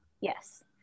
Yes